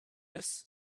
this